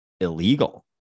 illegal